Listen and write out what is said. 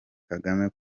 kagame